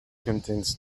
contains